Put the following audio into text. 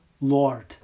Lord